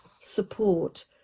support